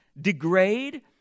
degrade